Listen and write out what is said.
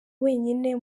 wenyine